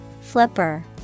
Flipper